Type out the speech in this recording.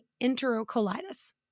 enterocolitis